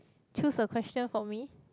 choose a question for me